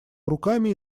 руками